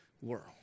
world